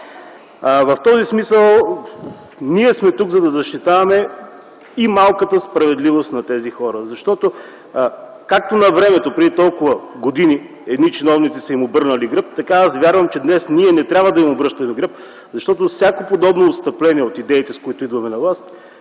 В този смисъл ние сме тук, за да защитаваме и малката справедливост на тези хора. Защото, както на времето, преди толкова години едни чиновници са им обърнали гръб, така аз вярвам, че днес ние не трябва да им обръщаме гръб, защото всяко подобно отстъпление от идеите, с които идваме на власт,